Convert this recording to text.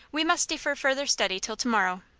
we must defer further study till to-morrow.